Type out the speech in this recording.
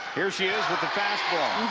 here she is with the fastball.